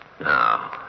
Now